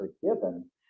forgiven